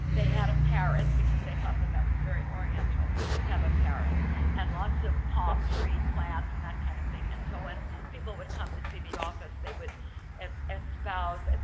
they had a parrot because they thought that that was very oriental to have a parrot and lots of palm tree plants and that kind of thing. and so when people would come to see the office they would espouse, and